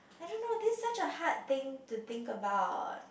I don't know this is such a hard thing to think about